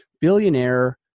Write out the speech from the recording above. billionaire